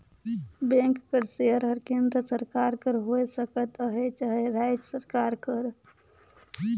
bank कर share हर केन्द्र सरकार कर होए सकत अहे चहे राएज सरकार कर